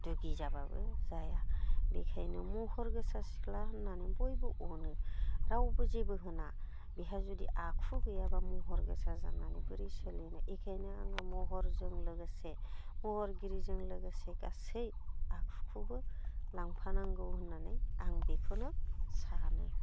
दुगि जाब्लाबो जाया बेखायनो महर गोसा सिख्ला होननानै बयबो अनो रावबो जेबो होना बेहाय जुदि आखु गैयाब्ला महर गोसा जानानै बोरै सोलिनो एखायनो आङो महरजों लोगोसे महरगिरिजों लोगोसे गासै आखुखौबो लांफानांगौ होननानै आं बेखौनो सानो